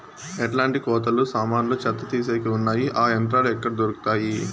ఎట్లాంటి కోతలు సామాన్లు చెత్త తీసేకి వున్నాయి? ఆ యంత్రాలు ఎక్కడ దొరుకుతాయి?